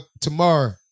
tomorrow